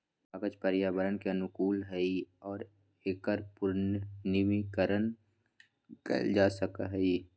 कागज पर्यावरण के अनुकूल हई और एकरा पुनर्नवीनीकरण कइल जा सका हई